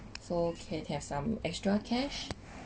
so can have some extra cash